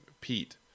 Pete